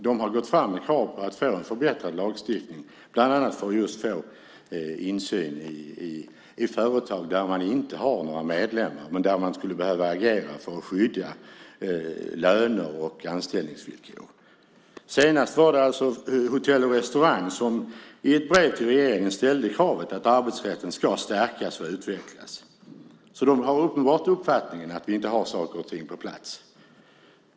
De har gått fram med krav på att få en förbättrad lagstiftning, bland annat just för att få insyn i företag där de inte har några medlemmar men skulle behöva agera för att skydda löner och anställningsvillkor. Senast var det Hotell & Restaurang som i ett brev till regeringen ställde kravet att arbetsrätten ska stärkas och utvecklas. Uppenbarligen har de alltså uppfattningen att vi inte har saker och ting på plats.